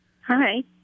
Hi